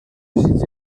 exigeix